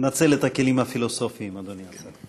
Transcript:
נצל את הכלים הפילוסופיים, אדוני השר.